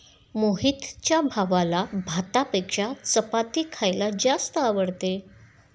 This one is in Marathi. मोहितच्या भावाला भातापेक्षा चपाती खायला जास्त आवडते